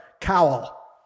cowl